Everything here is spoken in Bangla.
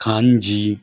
কাঞ্জি